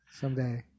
Someday